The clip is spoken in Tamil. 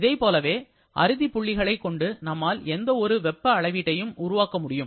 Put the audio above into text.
இதைப்போலவே அறுதி புள்ளிகளை கொண்டு நம்மால் எந்த ஒரு வெப்ப அளவீட்டையும் உருவாக்க முடியும்